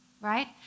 Right